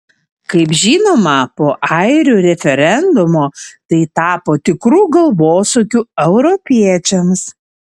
kaip žinoma po airių referendumo tai tapo tikru galvosūkiu europiečiams